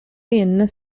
என்ன